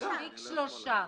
מספיק שלושה.